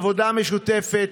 מעבודה משותפת.